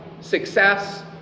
success